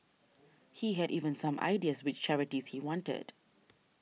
he had even some ideas which charities he wanted